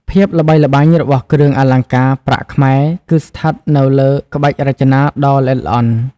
ភាពល្បីល្បាញរបស់គ្រឿងអលង្ការប្រាក់ខ្មែរ គឺស្ថិតនៅលើ ក្បាច់រចនា ដ៏ល្អិតល្អន់។